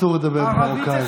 אסור לדבר במרוקאית במליאת הכנסת.